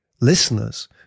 listeners